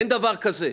אין דבר כזה.